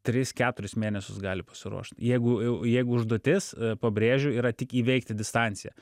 tris keturis mėnesius gali pasiruošt jeigu jau jeigu užduotis pabrėžiu yra tik įveikti distanciją